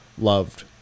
loved